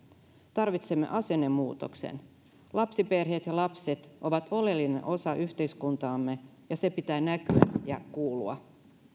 tarvitsemme asennemuutoksen lapsiperheet ja lapset ovat oleellinen osa yhteiskuntaamme ja sen pitää näkyä ja kuulua